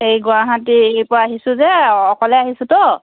এই গুৱাহাটীৰ পৰা আহিছোঁ যে অকলে আহিছোঁতো